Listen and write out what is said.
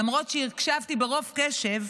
למרות שהקשבתי ברוב קשב,